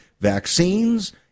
vaccines